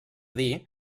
dir